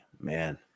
man